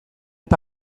eta